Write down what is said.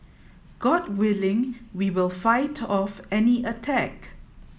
god willing we will fight off any attack